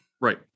Right